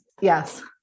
Yes